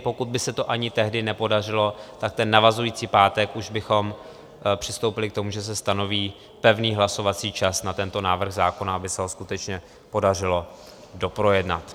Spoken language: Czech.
Pokud by se to ani tehdy nepodařilo, tak ten navazující pátek už bychom přistoupili k tomu, že se stanoví pevný hlasovací čas na tento návrh zákona, aby se ho skutečně podařilo doprojednat.